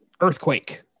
Earthquake